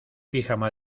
pijama